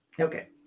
Okay